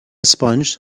sponge